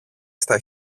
στα